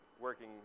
working